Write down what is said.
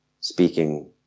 speaking